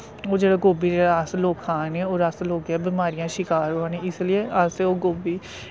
ओह् जेह्ड़ा गोबी जेह्ड़ा अस लोक खा ने और अस लोकें बिमारियें दा शिकार होआ ने इसलिए अस ओह् गोबी